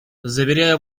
заверяю